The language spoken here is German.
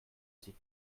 sind